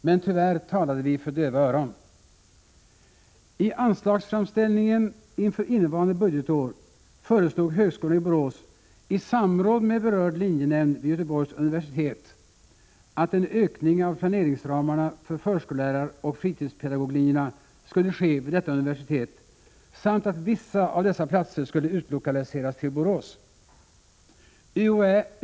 Men tyvärr talade vi för döva öron. I anslagsframställningen inför innevarande budgetår föreslog högskolan i Borås i samråd med berörd linjenämnd vid Göteborgs universitet, att en ökning av planeringsramarna för förskolläraroch fritidspedagoglinjerna skulle ske vid detta universitet samt att vissa av dessa platser skulle utlokaliseras till Borås.